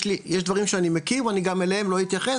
יש דברים שאני מכיר ואני גם אליהם לא אתייחס,